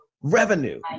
revenue